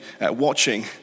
watching